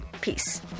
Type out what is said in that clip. Peace